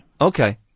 Okay